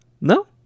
No